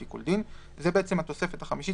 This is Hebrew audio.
לפי כל דין."; זו התוספת החמישית,